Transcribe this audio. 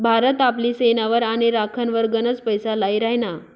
भारत आपली सेनावर आणि राखनवर गनच पैसा लाई राहिना